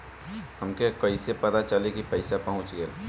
हमके कईसे पता चली कि पैसा पहुच गेल?